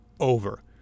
over